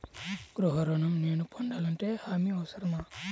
గృహ ఋణం నేను పొందాలంటే హామీ అవసరమా?